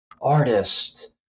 artist